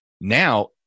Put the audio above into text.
Now